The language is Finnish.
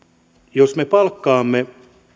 jos me palkkaamme